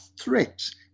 threats